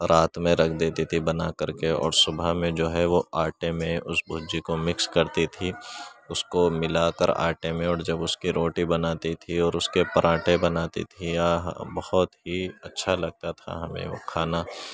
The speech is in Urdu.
رات میں رکھ دیتی تھیں بنا کر کے اور صبح میں جو ہے وہ آٹے میں اس بھجی کو مکس کرتی تھیں اس کو ملا کر آٹے میں اور جب اس کی روٹی بناتی تھیں اور اس کے پراٹھے بناتی تھیں آہا بہت ہی اچھا لگتا تھا ہمیں وہ کھانا